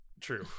True